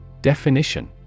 Definition